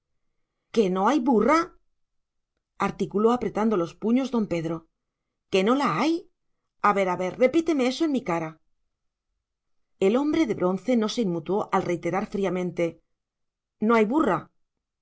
que no hay bu rraaaaa articuló apretando los puños don pedro que no la hayyy a ver a ver repíteme eso en mi cara el hombre de bronce no se inmutó al reiterar fríamente no hay burra